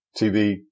TV